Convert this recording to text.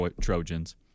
Trojans